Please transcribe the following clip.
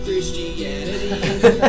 Christianity